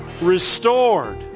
restored